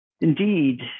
Indeed